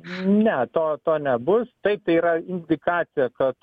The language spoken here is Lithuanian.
ne to to nebus taip yra indikacija kad